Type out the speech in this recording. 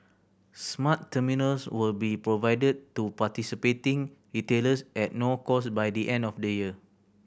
smart terminals will be provided to participating retailers at no cost by the end of the year